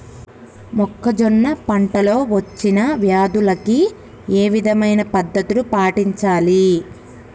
మొక్కజొన్న పంట లో వచ్చిన వ్యాధులకి ఏ విధమైన పద్ధతులు పాటించాలి?